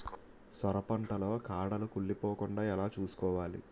సొర పంట లో కాడలు కుళ్ళి పోకుండా ఎలా చూసుకోవాలి?